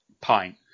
pint